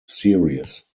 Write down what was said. series